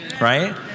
right